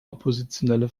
oppositionelle